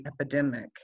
epidemic